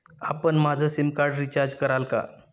आपण माझं SIM card recharge कराल का?